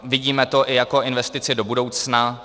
Vidíme to i jako investici do budoucna.